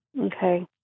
Okay